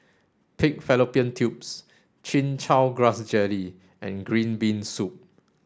pig fallopian tubes chin chow grass jelly and green bean soup